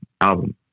album